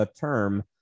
term